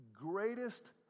greatest